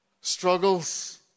struggles